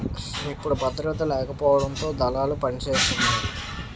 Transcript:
ఇప్పుడు భద్రత లేకపోవడంతో దళాలు పనిసేతున్నాయి